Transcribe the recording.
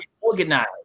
organized